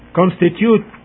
constitute